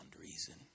reason